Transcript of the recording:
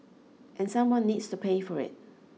and someone needs to pay for it